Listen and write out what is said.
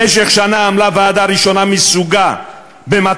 במשך שנה עמלה ועדה ראשונה מסוגה במטרה